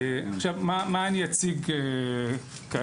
עכשיו, מה אני אציג כעת?